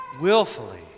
willfully